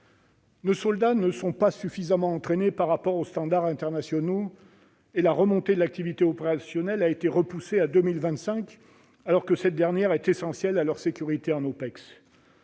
nos soldats ne sont pas suffisamment entraînés par rapport aux standards internationaux et la remontée de l'activité opérationnelle a été reportée à 2025, alors que cette dernière est essentielle à leur sécurité en OPEX.